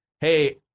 hey